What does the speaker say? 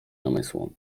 namysłom